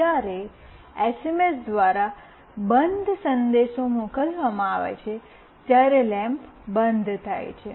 જ્યારે એસએમએસ દ્વારા "ઑફ બંધ" સંદેશ મોકલવામાં આવે ત્યારે લેમ્પ બંધ થાય છે